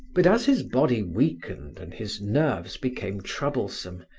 but as his body weakened and his nerves became troublesome,